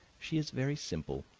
she is very simple,